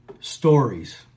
stories